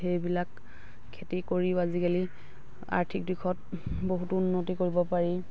সেইবিলাক খেতি কৰিও আজিকালি আৰ্থিক দিশত বহুত উন্নতি কৰিব পাৰি